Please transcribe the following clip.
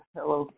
Hello